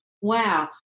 wow